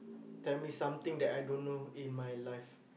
tell me something that I don't know in my life